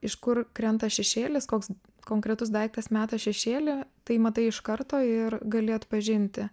iš kur krenta šešėlis koks konkretus daiktas meta šešėlį tai matai iš karto ir gali atpažinti